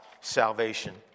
salvation